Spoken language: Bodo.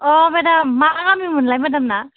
अ मेदाम मा गामि मोनलाय मेदाम ना